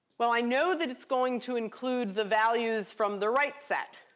well, i know that it's going to include the values from the write set.